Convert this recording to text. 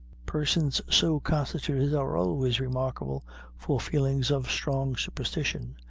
persons so constituted are always remarkable for feelings of strong superstition,